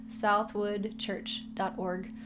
southwoodchurch.org